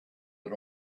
had